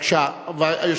קריאה שלישית.